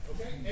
Okay